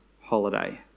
holiday